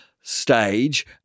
stage